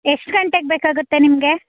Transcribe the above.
ಎಷ್ಟು ಗಂಟೆಗೆ ಬೇಕಾಗುತ್ತೆ ನಿಮಗೆ